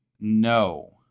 No